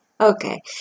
Okay